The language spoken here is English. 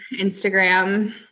Instagram